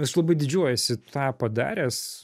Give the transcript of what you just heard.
aš labai didžiuojuosi tą padaręs